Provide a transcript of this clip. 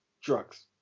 drugs